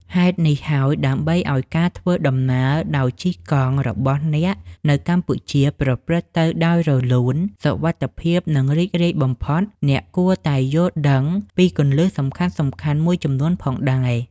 ហេតុនេះហើយ ដើម្បីឱ្យការធ្វើដំណើរដោយជិះកង់របស់អ្នកនៅកម្ពុជាប្រព្រឹត្តទៅដោយរលូន សុវត្ថិភាព និងរីករាយបំផុត អ្នកគួរតែយល់ដឹងពីគន្លឹះសំខាន់ៗមួយចំនួនផងដែរ។